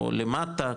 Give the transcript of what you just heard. או למטה,